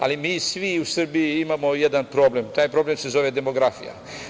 Ali, mi svi u Srbiji imamo jedan problem, a taj problem se zove demografija.